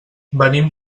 venim